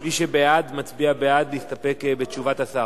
מי שבעד מצביע בעד להסתפק בתשובת השר.